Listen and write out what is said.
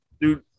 Dude